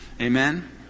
Amen